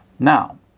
Now